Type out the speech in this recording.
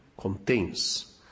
contains